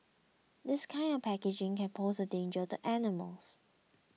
this kind of packaging can pose a danger to animals